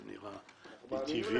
זה נראה טבעי.